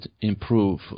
improve